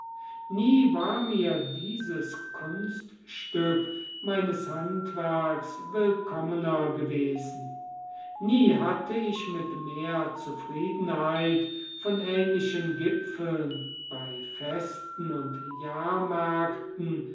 nie war mir dieses kunststück meines handwerks willkommener gewesen nie hatte ich mit mehr zufriedenheit von ähnlichen gipfeln bei festen und jahrmärkten